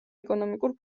ეკონომიკურ